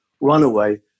Runaway